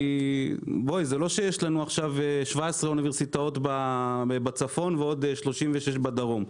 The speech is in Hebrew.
כי זה לא שיש לנו עכשיו 17 אוניברסיטאות בצפון ועוד 36 בדרום.